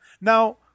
Now